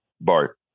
Bart